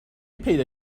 پیدا